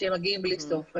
שמגיעים בלי סוף.